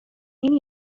این